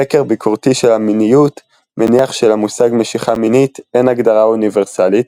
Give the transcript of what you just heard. חקר ביקורתי של המיניות מניח שלמושג משיכה מינית אין הגדרה אוניברסלית,